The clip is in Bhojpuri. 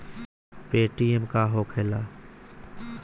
पेटीएम का होखेला?